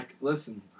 Listen